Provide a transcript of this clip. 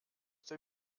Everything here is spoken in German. der